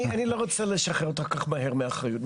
אני לא רוצה לשחרר אותה כל כך מהר מאחריות.